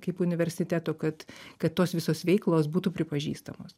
kaip universiteto kad kad tos visos veiklos būtų pripažįstamos